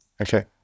Okay